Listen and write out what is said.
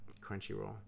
Crunchyroll